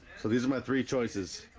so these are my three choices